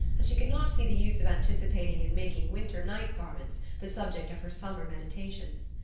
and she could not see the use of anticipating and making winter night garments the subject of her summer meditations.